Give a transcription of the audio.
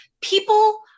people